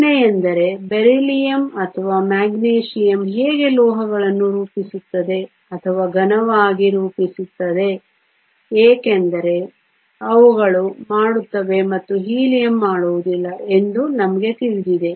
ಪ್ರಶ್ನೆ ಎಂದರೆ ಬೆರಿಲಿಯಮ್ ಅಥವಾ ಮೆಗ್ನೀಸಿಯಮ್ ಹೇಗೆ ಲೋಹಗಳನ್ನು ರೂಪಿಸುತ್ತದೆ ಅಥವಾ ಘನವಾಗಿ ರೂಪಿಸುತ್ತದೆ ಏಕೆಂದರೆ ಅವುಗಳು ಮಾಡುತ್ತವೆ ಮತ್ತು ಹೀಲಿಯಂ ಮಾಡುವುದಿಲ್ಲ ಎಂದು ನಮಗೆ ತಿಳಿದಿದೆ